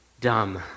dumb